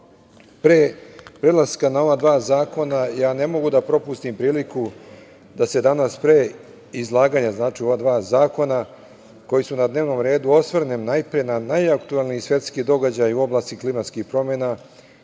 prelaska na ova dva zakona, ja ne mogu da propustim priliku a da se danas pre izlaganja o ova dva zakona koji su na dnevnom redu ne osvrnem najpre na najaktuelniji svetski događaj u oblasti klimatskih promena,